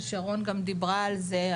ששרון גם דיברה על זה,